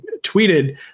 tweeted